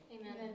Amen